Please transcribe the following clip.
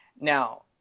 now